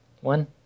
One